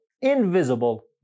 invisible